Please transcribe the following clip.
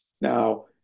Now